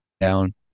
down